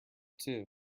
too